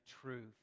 truth